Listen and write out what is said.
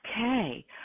Okay